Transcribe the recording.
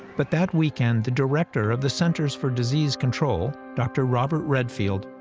but that weekend, the director of the centers for disease control, dr. robert redfield,